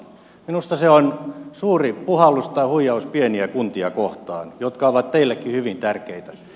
minusta se on suuri puhallus tai huijaus pieniä kuntia kohtaan jotka ovat teillekin hyvin tärkeitä